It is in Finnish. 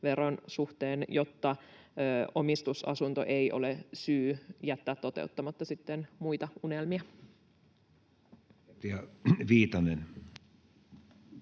suhteen, jotta omistusasunto ei ole syy jättää toteuttamatta sitten muita unelmia. [Speech